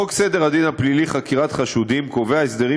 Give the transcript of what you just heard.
חוק סדר הדין הפלילי (חקירת חשודים) קובע הסדרים